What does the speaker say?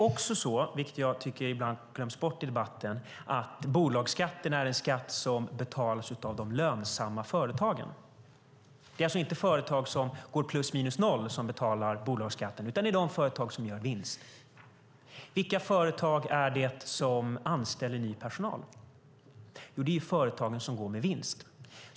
Något som ibland glöms bort i debatten är att bolagsskatten betalas av de lönsamma företagen. Det är alltså inte företag som går plus minus noll som betalar bolagsskatten, utan företag som gör vinst. Vilka företag är det då som anställer ny personal? Jo, det är företagen som går med vinst.